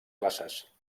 classes